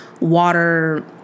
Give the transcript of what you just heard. water